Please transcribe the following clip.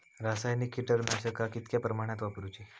रासायनिक कीटकनाशका कितक्या प्रमाणात वापरूची?